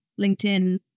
LinkedIn